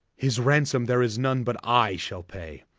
his ransome there is none but i shall pay.